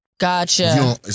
Gotcha